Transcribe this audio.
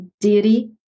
deity